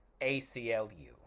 ACLU